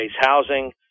housing